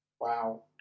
Wow